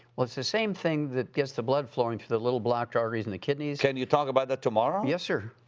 well, it's the same thing that gets the blood flowing through the little blocked arteries in the kidneys. can you talk about that tomorrow? yes, sir.